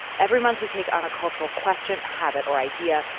every month we take on a cultural question habit or idea.